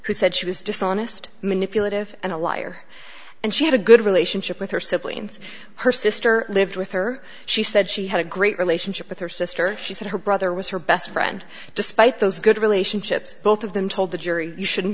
who said she was dishonest manipulative and a liar and she had a good relationship with her siblings her sister lived with her she said she had a great relationship with her sister she said her brother was her best friend despite those good relationships both of them told the jury you shouldn't